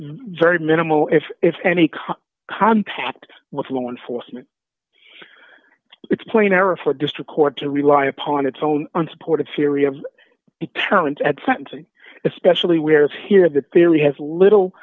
very minimal if if any come contact with law enforcement it's plain error for a district court to rely upon its own unsupported theory of accounts at sentencing especially whereas here the theory has little